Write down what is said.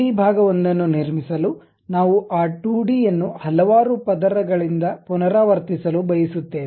3D ಭಾಗ ಒಂದನ್ನು ನಿರ್ಮಿಸಲು ನಾವು ಆ 2D ಯನ್ನು ಹಲವಾರು ಪದರಗಳಿಂದ ಪುನರಾವರ್ತಿಸಲು ಬಯಸುತ್ತೇವೆ